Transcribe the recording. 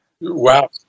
Wow